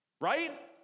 right